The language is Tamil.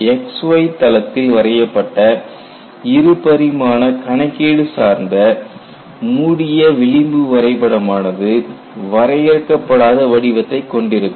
XY தளத்தில் வரையப்பட்ட இருபரிமாண கணக்கீடு சார்ந்த மூடிய விளிம்புவரை படமானது வரையறுக்கப்படாத வடிவத்தை கொண்டிருக்கும்